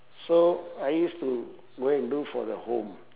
so I used to go and do for the home